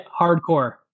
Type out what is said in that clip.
hardcore